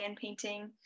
painting